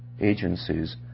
agencies